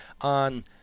on